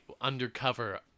undercover